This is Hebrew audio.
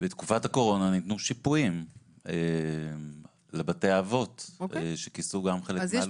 בתקופת הקורונה ניתנו שיפויים לבתי אבות שכיסו גם חלק מהעלויות.